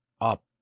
UP